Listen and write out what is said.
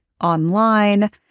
online